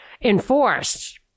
enforced